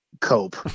cope